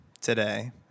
today